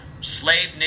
slave